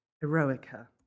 Heroica